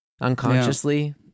unconsciously